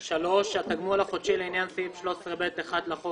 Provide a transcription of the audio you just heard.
3. "התגמול החודשי לעניין סעיף 13ב(1) לחוק